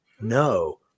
no